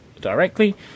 directly